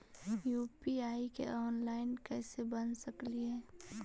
UPI online कैसे बना सकली हे?